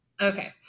Okay